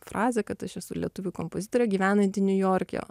frazę kad aš esu lietuvių kompozitorė gyvenanti niujorke